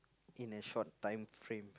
in a short time frame